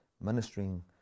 ministering